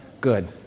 Good